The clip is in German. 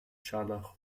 scharlach